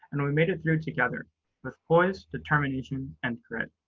and we made it through together with poise, determination, and grit.